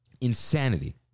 Insanity